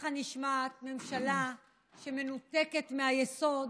ככה נשמעת ממשלה שמנותקת מהיסוד,